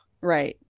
Right